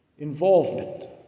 Involvement